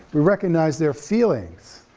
we recognize their feelings,